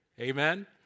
Amen